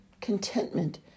contentment